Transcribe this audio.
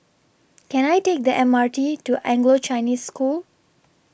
Can I Take The M R T to Anglo Chinese School